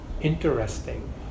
interesting